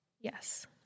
yes